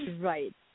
right